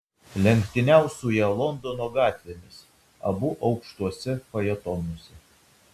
lenktyniaus su ja londono gatvėmis abu aukštuose fajetonuose